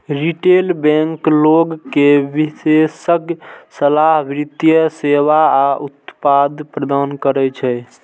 retail bank लोग कें विशेषज्ञ सलाह, वित्तीय सेवा आ उत्पाद प्रदान करै छै